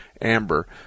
amber